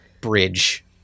bridge